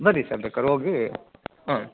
ಬರ್ರಿ ಸರ್ ಬೇಕಾರೆ ಹೋಗಿ ಹಾಂ